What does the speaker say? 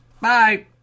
Bye